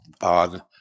on